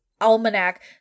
Almanac